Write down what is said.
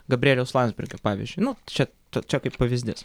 gabrieliaus landsbergio pavyzdžiui nu čia čia kaip pavyzdys